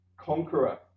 conqueror